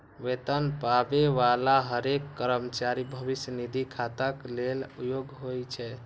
वेतन पाबै बला हरेक कर्मचारी भविष्य निधि खाताक लेल योग्य होइ छै